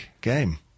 game